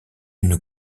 une